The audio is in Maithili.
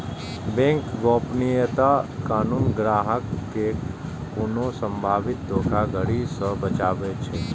बैंक गोपनीयता कानून ग्राहक कें कोनो संभावित धोखाधड़ी सं बचाबै छै